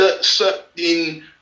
certain